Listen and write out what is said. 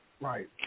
Right